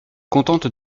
contente